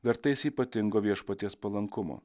vertais ypatingo viešpaties palankumo